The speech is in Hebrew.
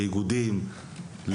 איגודים,